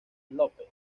lópez